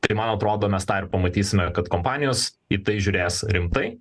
tai man atrodo mes tai pamatysime kad kompanijos į tai žiūrės rimtai